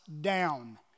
down